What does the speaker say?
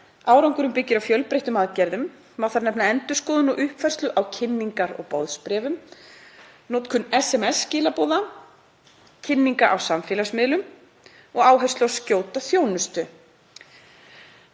„Árangurinn byggir á fjölbreyttum aðgerðum. Má þar nefna endurskoðun og uppfærslu á kynningar- og boðsbréfum, notkun SMS-skilaboða, kynninga á samfélagsmiðlum og áherslu á skjóta þjónustu